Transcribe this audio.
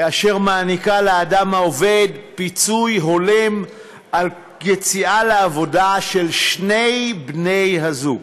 אשר מעניקה לאדם העובד פיצוי הולם על יציאה לעבודה של שני בני הזוג.